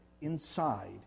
inside